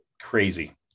crazy